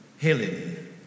Helen